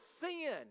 sin